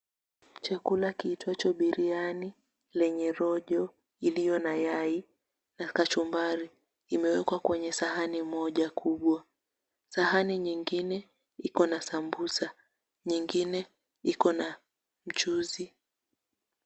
Chakula kiitwacho biriani lenye rojo ilio na yai na kachumbari imewekwa kwenye sahani moja kubwa. Sahani nyingine iko na sambusa, nyingine iko na mchuzi.